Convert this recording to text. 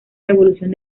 revolución